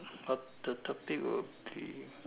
uh the topic will be